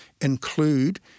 include